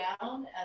down